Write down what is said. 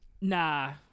Nah